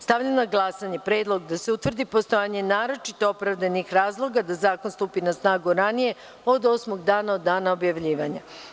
Stavljam na glasanje predlog da se utvrdi postojanje naročito opravdanih razloga da zakon stupi na snagu ranije od osmog dana od dana objavljivanja.